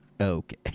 Okay